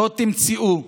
לא תמצאו,